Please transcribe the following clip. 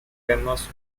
famous